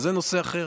זה נושא אחר,